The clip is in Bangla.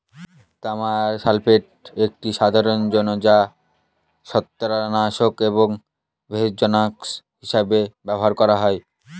তামার সালফেট একটি সাধারণ যৌগ যা ছত্রাকনাশক এবং ভেষজনাশক হিসাবে ব্যবহার করা হয়